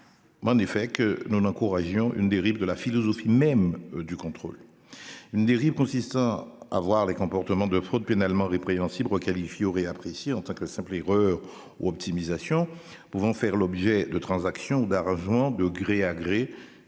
En effet, que nous n'encourageons une dérive de la philosophie même du contrôle. Une dérive consiste à avoir des comportements de fraude pénalement répréhensible requalifie aurait apprécié en tant que simple erreur ou optimisation pouvant vont faire l'objet de transactions d'argent de gré à gré